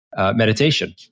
meditation